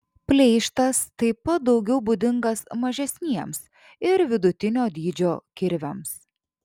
pleištas taip pat daugiau būdingas mažesniems ir vidutinio dydžio kirviams